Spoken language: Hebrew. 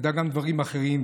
שנדע גם דברים אחרים.